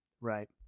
right